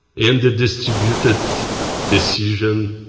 and the distributed decision,